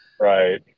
Right